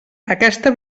aquesta